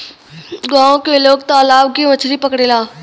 गांव के लोग तालाब से मछरी पकड़ेला